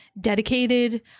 dedicated